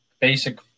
basic